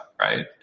right